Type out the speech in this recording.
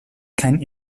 keinen